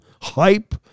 hype